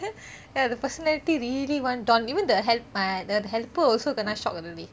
ya the personality really one don even the help~ my the helper also kena shock already